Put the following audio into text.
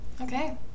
Okay